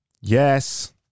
Yes